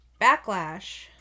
backlash